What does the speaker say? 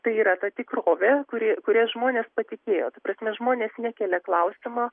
tai yra ta tikrovė kuri kuria žmonės patikėjo ta prasme žmonės nekelia klausimo